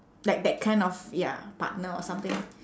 like that kind of ya partner or something